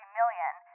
million